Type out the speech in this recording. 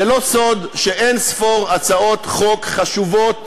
זה לא סוד שאין-ספור הצעות חוק חשובות,